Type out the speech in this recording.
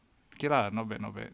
okay lah not bad not bad